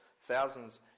thousands